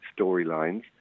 storylines